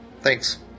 Thanks